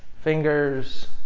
fingers